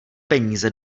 peníze